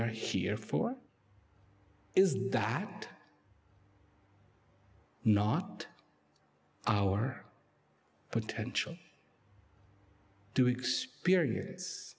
are here for is that not our potential to experience